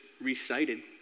recited